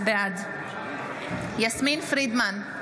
בעד יסמין פרידמן,